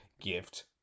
gift